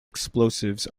explosives